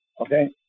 okay